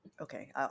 Okay